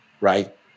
right